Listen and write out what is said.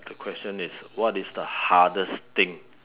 the question is what is the hardest thing